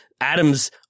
Adams